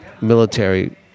military